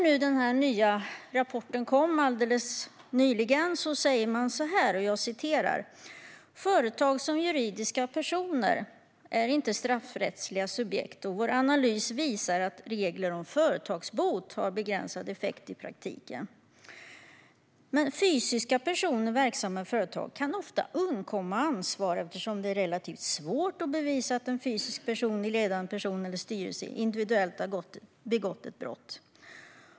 I den nya rapporten, som kom alldeles nyligen, säger man att "företag som juridiska personer inte är straffrättsliga subjekt, och vår analys visar att regler om företagsbot har begränsad effekt i praktiken. Fysiska personer verksamma i företag kan ofta undkomma ansvar eftersom det är relativt svårt att bevisa att en fysisk person i ledande position eller styrelse individuellt begått ett brott".